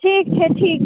ठीक छै ठीक